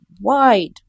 wide